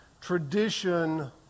tradition